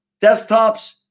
desktops